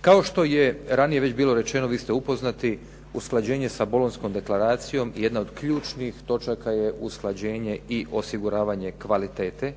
Kao što je ranije već bilo rečeno, vi ste upoznati, usklađenje sa Bolonjskom deklaracijom, jedna od ključnih točaka je usklađenje i osiguravanje kvalitete.